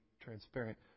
transparent